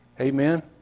Amen